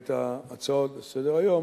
את ההצעות לסדר-היום